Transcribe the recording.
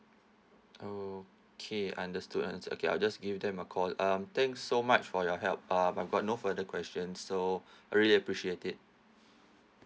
okay understood understood okay I'll just give them a call um thanks so much for your help um I've got no further questions so I really appreciate it